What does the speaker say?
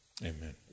Amen